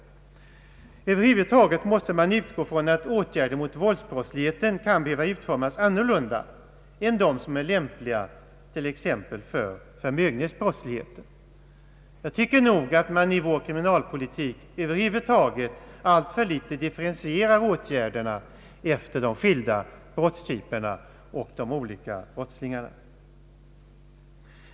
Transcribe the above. Över huvud taget måste man utgå ifrån att åtgärder mot våldsbrottsligheten kan behöva utformas på annat sätt än som är lämpligt för t.ex. förmögenhetsbrottsligheten. Jag tycker att man i vår kriminalpolitik alltför litet differentierar åtgärderna efter de skilda brottstyperna och de olika brottslingarna.